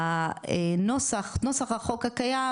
הנוסח נוסח החוק הקיים,